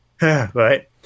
Right